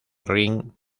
rin